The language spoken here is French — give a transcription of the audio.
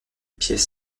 pièces